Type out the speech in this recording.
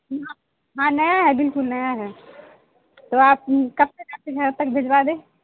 ہاں نیا ہے بالکل نیا ہے تو آپ کب تک آتے ہیں کب بھیجوا دیں